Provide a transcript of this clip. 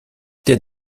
der